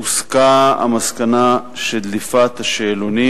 הוסקה המסקנה שדליפת השאלונים